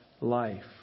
life